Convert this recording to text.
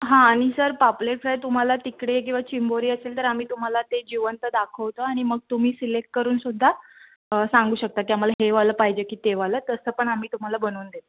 हां आणि सर पापलेट फ्राय तुम्हाला तिकडे किंवा चिंबोरी असेल तर आम्ही तुम्हाला ते जिवंत दाखवतो आणि मग तुम्ही सिलेक्ट करुनसुद्धा सांगू शकता की आम्हाला हे वालं पाहिजे की ते वालं तसं पण आम्ही तुम्हाला बनवून देतो